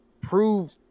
prove